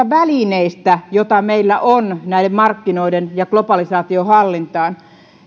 välineistä joita meillä on markkinoiden ja globalisaation hallintaan